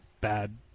bad